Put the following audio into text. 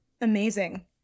Amazing